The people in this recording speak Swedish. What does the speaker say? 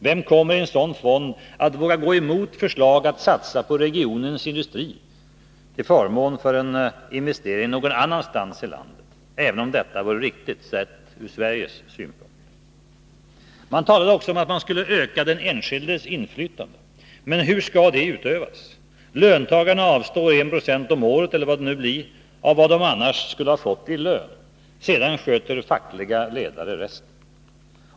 Vem kommer i en sådan fond att våga gå emot förslag att satsa på regionens industri till förmån för en investering någon annanstans i landet, även om detta vore riktigt, sett ur Sveriges synpunkt? Man talade också om att man skulle öka den enskildes inflytande. Men hur skall det utövas? Löntagarna avstår 1 96 om året — eller vad det nu blir — av vad de annars skulle ha fått i lön. Sedan sköter fackliga ledare resten.